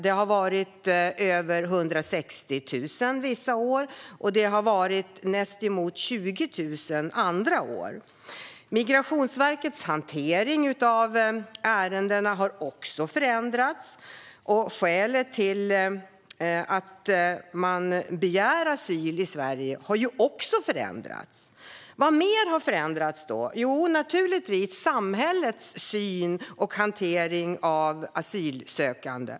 Det har varit över 160 000 vissa år och inemot 20 000 andra år. Migrationsverkets hantering av ärendena har också förändrats. Skälet till att man begär asyl i Sverige har också förändrats. Vad mer har då förändrats? Jo, naturligtvis samhällets syn på och hantering av asylsökande.